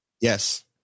Yes